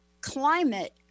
climate